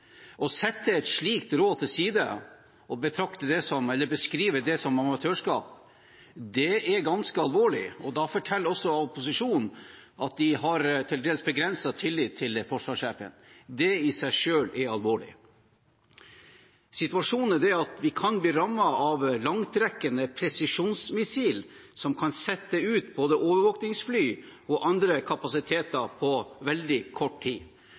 Å sette et slikt råd til side og beskrive det som amatørskap er ganske alvorlig. Da forteller opposisjonen også at de har til dels begrenset tillit til forsvarssjefen. Det i seg selv er alvorlig. Situasjonen er den at vi kan bli rammet av langtrekkende presisjonsmissiler, som kan sette ut både overvåkningsfly og andre kapasiteter på veldig kort tid.